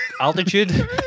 Altitude